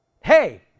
hey